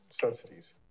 subsidies